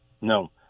No